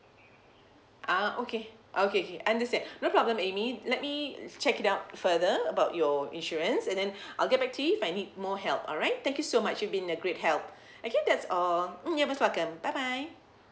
ah okay okay okay understand no problem amy let me check it out further about your insurance and then I'll get back to you if I need more help alright thank you so much you've been a great help okay that's all mm ya most welcome bye bye